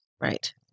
Right